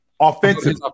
offensive